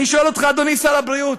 אני שואל אותך, אדוני שר הבריאות,